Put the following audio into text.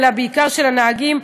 אלא בעיקר של הנהגים.